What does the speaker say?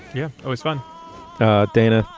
yeah always fun dana.